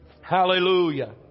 Hallelujah